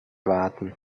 warten